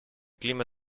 clima